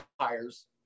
hires